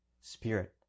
Spirit